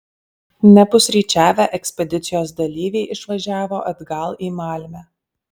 nepusryčiavę ekspedicijos dalyviai išvažiavo atgal į malmę